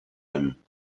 him